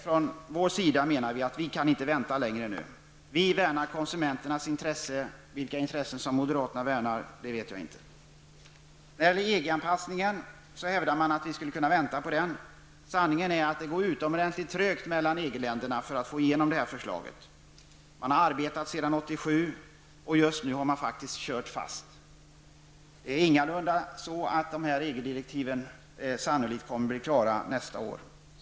Men vi menar att det inte går att vänta längre. Vi värnar konsumenternas intressen. Vilkas intressen moderaterna värnar vet jag inte. När det gäller EG-anpassningen hävdar man att vi skulle kunna vänta på denna. Men sanningen är den att det går utomordentligt trögt i EG-ländernas arbete med att få igenom framlagda förslag. Man har arbetat sedan 1987. Just nu är det faktiskt på det sättet att man har kört fast. EG-direktiven blir sannolikt inte klara nästa år.